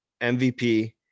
MVP